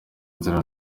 nzira